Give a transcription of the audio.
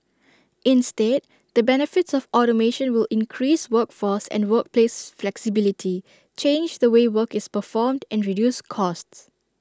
instead the benefits of automation will increase workforce and workplace flexibility change the way work is performed and reduce costs